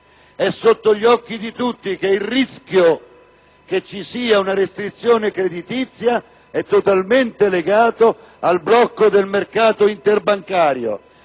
È sotto gli occhi di tutti che il rischio che ci sia una restrizione creditizia è totalmente legato al blocco del mercato interbancario